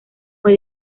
fue